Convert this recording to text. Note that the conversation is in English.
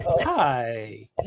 Hi